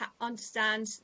understand